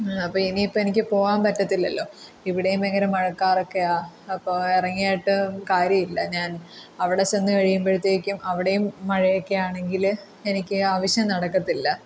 അപ്പം ഇനിയിപ്പം എനിക്ക് പോകാൻ പറ്റത്തില്ലല്ലോ ഇവിടടെയും ഭയങ്കര മഴക്കാർ ഒക്കയാ അപ്പം ഇറങ്ങിയിട്ട് കാര്യം ഇല്ല ഞാൻ അവിടെ ചെന്ന് കഴിയുമ്പഴ്ത്തേക്കും അവിടെയും മഴയൊക്കെ ആണെങ്കിൽ എനിക്ക് ആവശ്യം നടക്കത്തില്ല